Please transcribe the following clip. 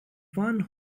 one